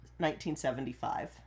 1975